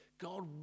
God